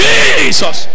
Jesus